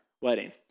wedding